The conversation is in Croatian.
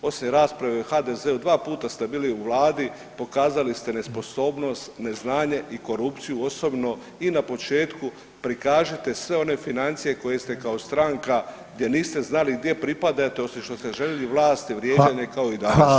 Poslije rasprave u HDZ-u 2 puta ste bili u vladi, pokazali ste nesposobnost, neznanje i korupciju osobno i na početku, prikažite sve one financije koje ste kao stranka gdje niste znali gdje pripadate osim što ste željeli vlast i vrijeđanje kao i danas.